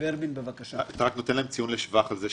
יוסי בכר,